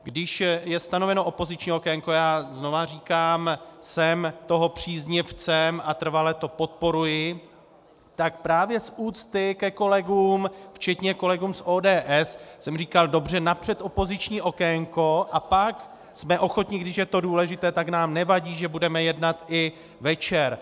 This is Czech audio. Když je stanoveno opoziční okénko já znovu říkám, jsem toho příznivcem a trvale to podporuji, tak právě z úcty ke kolegům, včetně kolegů z ODS, jsem říkal: Dobře, napřed opoziční okénko a pak jsme ochotni, když je to důležité, tak nám nevadí, že budeme jednat i večer.